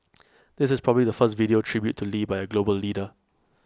this is probably the first video tribute to lee by A global leader